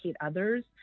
others